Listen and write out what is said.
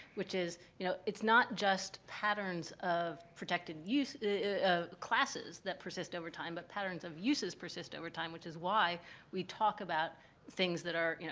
which is, you know, it's not just patterns of protected use of ah classes that persist over time, but patterns of uses persist over time, which is why we talk about things that are, you know,